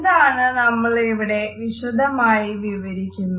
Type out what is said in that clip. ഇതാണ് നമ്മളിവിടെ വിശദമായി വിവരിക്കുന്നത്